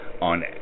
on